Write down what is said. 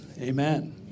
Amen